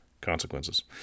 consequences